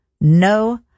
No